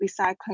recycling